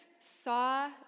saw